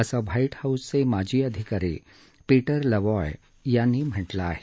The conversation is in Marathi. असं व्हाईट हाऊसचे माजी अधिकारी पिटर लवॉय यांनी म्हटलं आहे